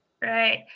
Right